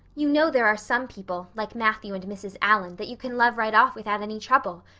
you know there are some people, like matthew and mrs. allan that you can love right off without any trouble.